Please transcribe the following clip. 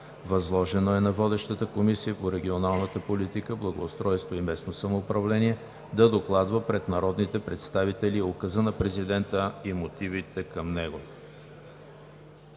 Възложено е на водещата Комисия по регионална политика, благоустройство и местно самоуправление да докладва пред народните представители Указа на президента и мотивите към него.